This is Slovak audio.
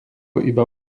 iba